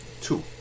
Two